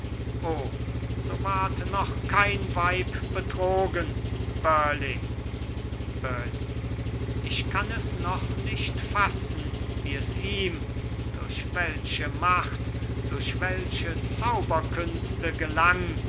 so ward noch kein weib betrogen burleigh burleigh ich kann es noch nicht fassen wie es ihm durch welche macht durch welche zauberkünste gelang